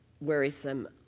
worrisome